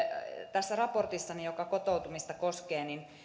tässä raportissani joka kotoutumista koskee